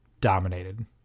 dominated